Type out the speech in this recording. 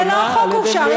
זה לא החוק שאושר.